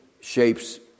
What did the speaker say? shapes